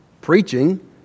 Preaching